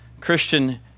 Christian